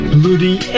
Bloody